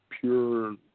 pure